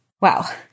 Wow